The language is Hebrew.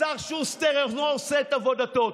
השר שוסטר אינו עושה את עבודתו.